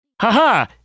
Ha-ha